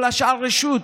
וכל השאר רשות.